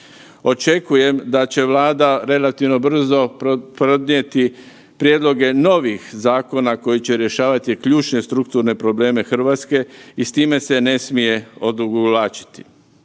Očekujem da će Vlada relativno brzo podnijeti prijedloge novih zakona koji će rješavati ključne strukturne probleme Hrvatske i s time se ne smije odugovlačiti.